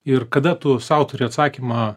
ir kada tu sau turi atsakymą